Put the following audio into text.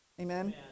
Amen